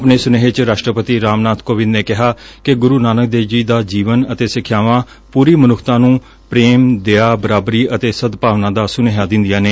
ਆਪਣੇ ਸੁਨੇਹੇ ਚ ਰਾਸ਼ਟਰਪਤੀ ਰਾਮਨਾਥ ਕੋਵਿੰਦ ਨੇ ਕਿਹਾ ਕਿ ਗੁਰੁ ਨਾਨਕ ਦੇਵ ਜੀ ਦਾ ਜੀਵਨ ਅਤੇ ਸਿੱਖਿਆਵਾਂ ਪੁਰੀ ਮਨੁੱਖਤਾ ਨੁੰ ਪੇਮ ਦਯਾ ਬਰਾਬਰੀ ਅਤੇ ਸਦਭਾਵਨਾ ਦਾ ਸੁਨੇਹਾ ਦਿਦਿਆਂ ਨੇ